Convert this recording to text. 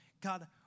God